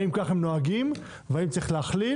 האם כך הם נוהגים והאם צריך להכליל,